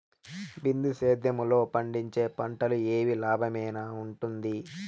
బిందు సేద్యము లో పండించే పంటలు ఏవి లాభమేనా వుంటుంది?